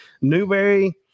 Newberry